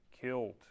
killed